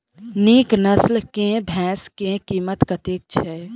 नीक नस्ल केँ भैंस केँ कीमत कतेक छै?